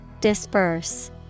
Disperse